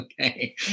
Okay